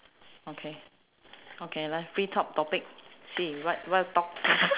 okay okay let's pre talk topic see you like wha~ what talk